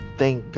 thank